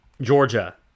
Georgia